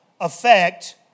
affect